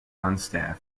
unstaffed